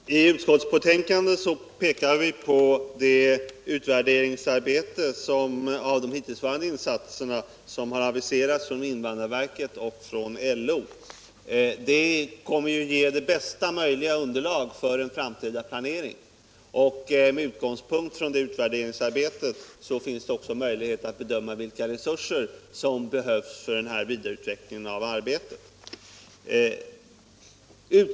Herr talman! I utskottsbetänkandet pekar vi på det utvärderingsarbete beträffande de hittillsvarande insatserna som har aviserats från invandrarverket och från LO. Det kommer att ge bästa möjliga underlag för en framtida planering. Med utgångspunkt i det utvärderingsarbetet finns det också möjlighet att bedöma vilka resurser som behövs för vidareutvecklingen av arbetet.